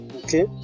okay